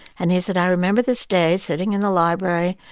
and he said, i remember this day, sitting in the library,